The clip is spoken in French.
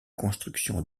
construction